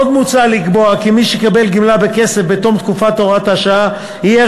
עוד מוצע לקבוע כי מי שיקבל גמלה בכסף בתום תקופת הוראת השעה יהיה